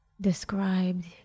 described